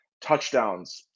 touchdowns